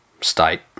state